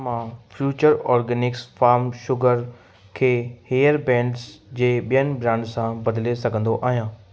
छा मां future organics palm sugar खे हेयर बैंड जे ॿियनि ब्रांड सां बदिले सघंदो आहियां